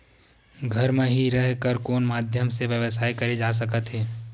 घर म हि रह कर कोन माध्यम से व्यवसाय करे जा सकत हे?